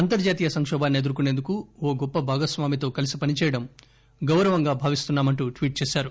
అంతర్జాతీయ సంకోభాన్ని ఎదుర్కొనేందుకు ఓ గొప్ప భాగస్వామితో కలిసి పనిచేయడం గౌరవంగా భావిస్తున్నామంటూ ట్వీట్ చేశారు